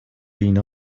اینا